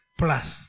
plus